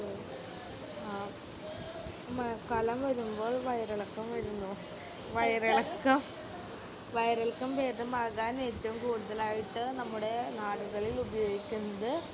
മഴക്കാലം വരുമ്പോൾ വയറിളക്കം വരുന്നു വയറിളക്കം വയറിളക്കം ഭേദമാകാൻ ഏറ്റവും കൂടുതലായിട്ട് നമ്മുടെ നാടുകളിൽ ഉപയോഗിക്കുന്നത്